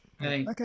Okay